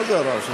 מה זה הרעש הזה?